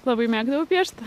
labai mėgdavau piešti